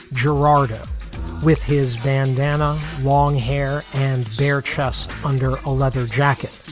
gerada with his bandana, long hair and bare chest under a leather jacket.